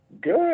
Good